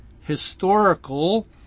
historical